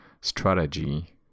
strategy